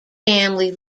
family